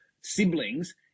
siblings